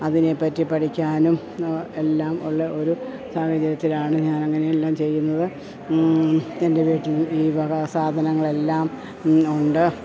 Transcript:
അതിനേപ്പറ്റി പഠിക്കാനും എല്ലാം ഉള്ള ഒരു സാഹചര്യത്തിലാണ് ഞാനങ്ങനെയെല്ലാം ചെയ്യുന്നത് എൻറ്റെ വീട്ടിൽ ഈ വക സാധനങ്ങളെല്ലാം ഉണ്ട്